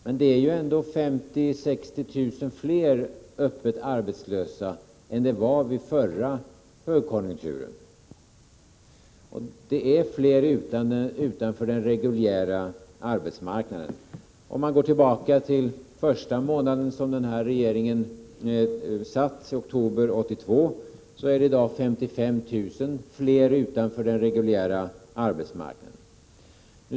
Men det är ändå nu 50 000-60 000 fler öppet arbetslösa än det var vid den förra högkonjunkturen. Det är fler utanför den reguljära arbetsmarknaden. Går man tillbaka till den första månaden som denna regering satt, oktober 1982, och jämför med dagsläget, finner man att det i dag är 55 000 fler utanför den reguljära arbetsmarknaden.